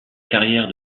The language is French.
carrière